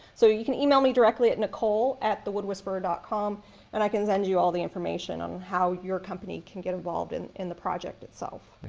so you can email me directly at nicole at thewoodwhisperer dot com and i can send you all the information on how your company can get involved in in the project itself.